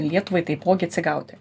lietuvai taipogi atsigauti